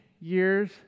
years